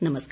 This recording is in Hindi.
नमस्कार